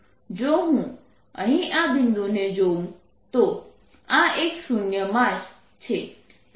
જો હું અહીં આ બિંદુને જોઉં તો આ એક શૂન્ય માસ છે